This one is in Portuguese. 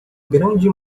grande